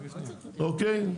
אוקיי?